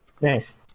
Nice